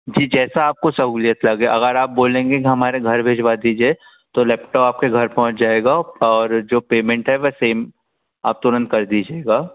जी जैसी आपको सहूलियत लगे अगर आप बोलेंगे कि हमारे घर भिझवा दीजिए तो लैपटॉप आपके घर पहुँच जाएगा और जो पेमेंट है वह सैम आप तुरंत कर दीजिएगा